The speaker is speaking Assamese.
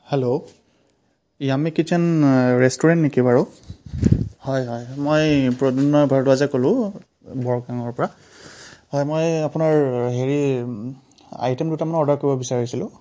হেল্ল' য়ামি কিট্চেন ৰেষ্টুৰেন্ট নেকি বাৰু হয় হয় মই প্ৰদ্যুন্ম ভৰদ্বাজে ক'লো বৰখাঙৰ পৰা হয় মই আপোনাৰ হেৰি আইটেম দুটামান অৰ্ডাৰ কৰিব বিছাৰিছিলোঁ